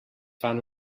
fan